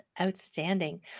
outstanding